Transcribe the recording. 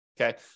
okay